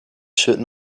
should